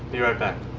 be right back.